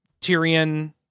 Tyrion